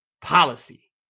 policy